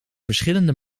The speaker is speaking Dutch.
verschillende